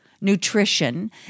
nutrition